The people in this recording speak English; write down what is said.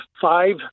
five